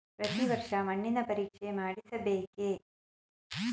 ಪ್ರತಿ ವರ್ಷ ಮಣ್ಣಿನ ಪರೀಕ್ಷೆ ಮಾಡಿಸಬೇಕೇ?